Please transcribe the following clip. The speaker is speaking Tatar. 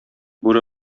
бүре